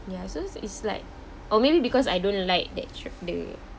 ya so it's like or maybe because I don't like that sh~ the